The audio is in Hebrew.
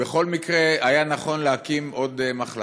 בכל מקרה היה נכון להקים עוד מחלקה.